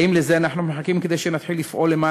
האם לזה אנחנו מחכים כדי שנתחיל לפעול למען